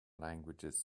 languages